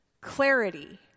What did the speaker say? Clarity